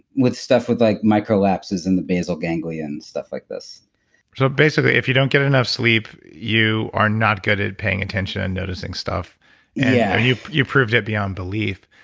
with stuff with like micro lapses in the basal ganglia and stuff like this so, basically, if you don't get enough sleep you are not good at paying attention and noticing stuff yeah and you proved it beyond belief.